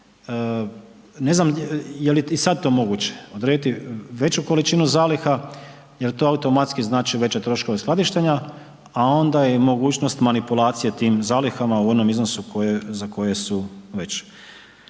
Ne znam je li i sad to moguće, odrediti veću količinu zaliha jer to automatski znači veće troškove skladištenja, a onda je mogućnost manipulacije tim zalihama u onom iznosu za koje su već.